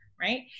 Right